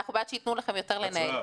אנחנו בעד שייתנו לכם יותר לנהל.